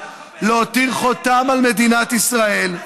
להותיר חותם על מדינת ישראל.